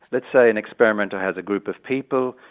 let's say an experimenter has a group of people,